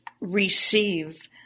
receive